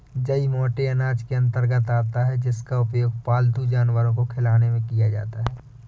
जई मोटे अनाज के अंतर्गत आता है जिसका उपयोग पालतू जानवर को खिलाने में किया जाता है